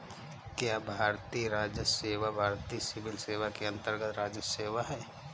क्या भारतीय राजस्व सेवा भारतीय सिविल सेवा के अन्तर्गत्त राजस्व सेवा है?